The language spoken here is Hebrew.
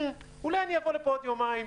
אולי אני אבוא לפה עוד יומיים,